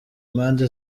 impande